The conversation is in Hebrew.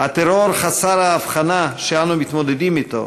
הטרור חסר ההבחנה שאנו מתמודדים אתו